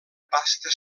pasta